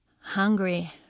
Hungry